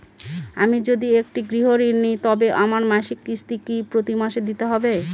আমি যদি একটি গৃহঋণ নিই তবে আমার মাসিক কিস্তি কি প্রতি মাসে দিতে হবে?